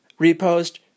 repost